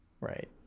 right